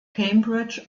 cambridge